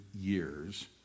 years